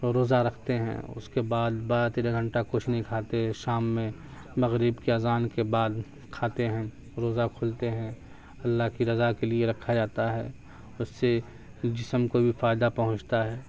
روزہ رکھتے ہیں اس کے بعد بارہ تیرہ گھنٹہ کچھ نہیں کھاتے شام میں مغرب کی اذان کے بعد کھاتے ہیں روزہ کھولتے ہیں اللہ کی رضا کے لیے رکھا جاتا ہے اس سے جسم کو بھی فائدہ پہنچتا ہے